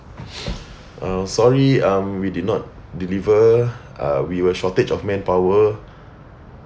um sorry um we did not deliver uh we were shortage of manpower